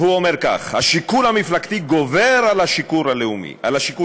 והוא אומר כך: השיקול המפלגתי גובר על השיקול הלאומי.